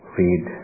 read